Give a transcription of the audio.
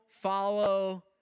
follow